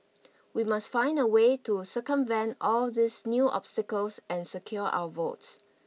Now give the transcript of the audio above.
we must find a way to circumvent all these new obstacles and secure our votes